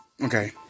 Okay